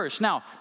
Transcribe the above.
Now